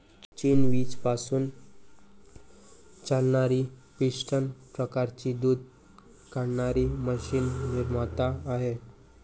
चीन वीज पासून चालणारी पिस्टन प्रकारची दूध काढणारी मशीन निर्माता आहे